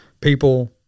people